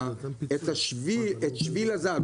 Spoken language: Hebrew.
את שביל הזהב,